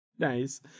Nice